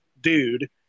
dude